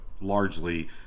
largely